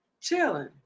chilling